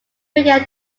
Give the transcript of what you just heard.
began